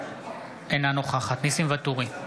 אינה נוכחת ניסים ואטורי,